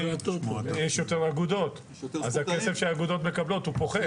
יש יותר אגודות אז הכסף שהאגודות מקבלות פוחת.